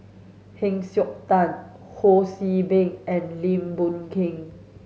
Heng Siok Tian Ho See Beng and Lim Boon Keng